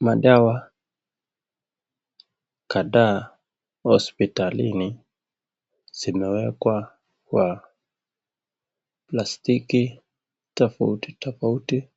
Madawa kadhaa hospitalini, zimewekwa kwa plastiki tofauti tofauti,